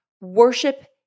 Worship